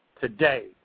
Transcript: today